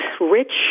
rich